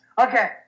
Okay